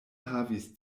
havis